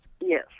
Yes